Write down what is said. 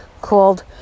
called